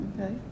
Okay